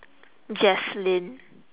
jacelyn